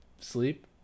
sleep